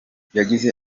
yagize